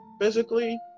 Physically